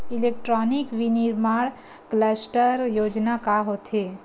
Electronic विनीर्माण cluster योजना का होथे?